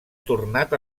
tornat